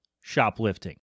shoplifting